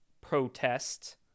protest